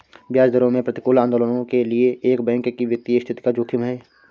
ब्याज दरों में प्रतिकूल आंदोलनों के लिए एक बैंक की वित्तीय स्थिति का जोखिम है